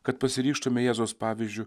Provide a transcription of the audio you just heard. kad pasiryžtume jėzaus pavyzdžiu